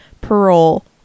parole